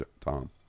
Tom